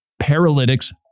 paralytics